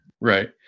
Right